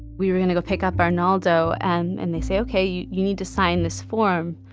we were going to go pick up arnaldo. and and they say, ok, you need to sign this form.